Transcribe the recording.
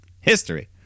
history